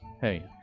Hey